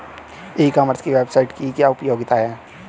ई commerce की website की क्या उपयोगिता है?